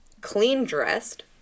clean-dressed